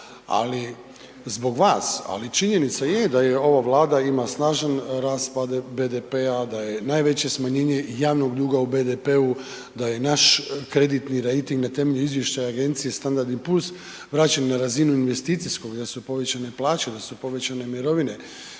ali zbog vas, ali činjenica je da i ova Vlada ima snažan rast BDP-a, da je najveće smanjenje javnog duga u BDP-u, da je naš kreditni rejting na temelju izvješća agencije Standard & Poors vraćen na razinu investicijskog, da su povećane plaće, da su povećane mirovine,